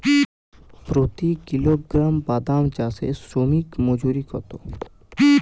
প্রতি কিলোগ্রাম বাদাম চাষে শ্রমিক মজুরি কত?